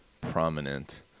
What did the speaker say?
prominent